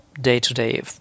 day-to-day